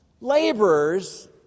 laborers